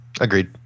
Agreed